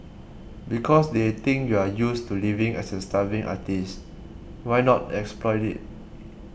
because they think you're used to living as a starving artist why not exploit it